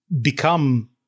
become